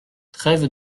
trêve